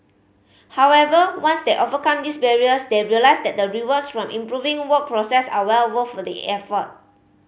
however once they overcome these barriers they realise that the rewards from improving work process are well worth the effort